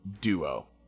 duo